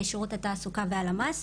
שירות התעסוקה והלמ"ס.